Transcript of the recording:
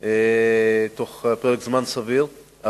בתוך פרק זמן סביר,